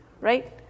right